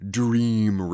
dream